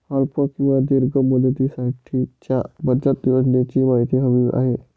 अल्प किंवा दीर्घ मुदतीसाठीच्या बचत योजनेची माहिती हवी आहे